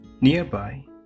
Nearby